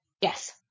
Yes